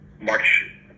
march